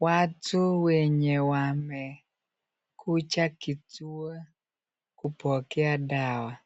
watu wenye wamekuja kituo kupokea dawa.